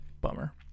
bummer